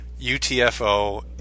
UTFO